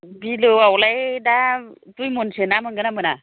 बिलोआवलाय दा दुइमनसो ना मोनगोन्ना मोना